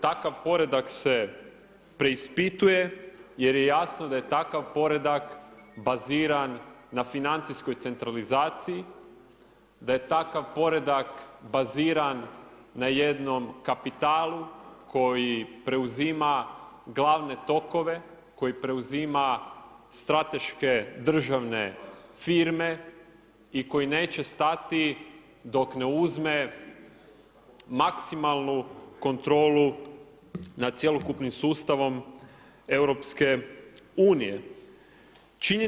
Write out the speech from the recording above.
Takav poredak se preispituje jer je jasno da je takav poredak baziran na financijskoj centralizaciji, da je takav poredak baziran na jednom kapitalu koji preuzima glavne tokove, koji preuzima strateške državne firme i koji neće stati dok ne uzme maksimalnu kontrolu nad cjelokupnim sustavom Europske unije.